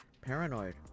paranoid